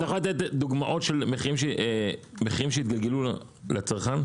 לתת דוגמאות של מחירים שהתגלגלו לצרכן?